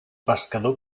pescador